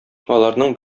аларның